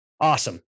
awesome